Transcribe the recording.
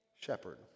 shepherd